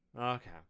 Okay